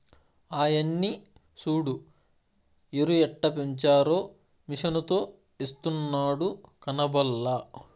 ఆయన్ని సూడు ఎరుయెట్టపెంచారో మిసనుతో ఎస్తున్నాడు కనబల్లా